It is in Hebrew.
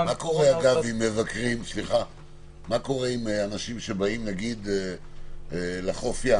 --- מה קורה עם אנשים שבאים לחוף הים